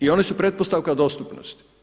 I oni su pretpostavka dostupnosti.